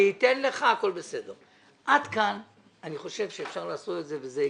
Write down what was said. אני אתן לך.עד כאן אני חושב שאפשר לעשות את זה וזה הגיוני.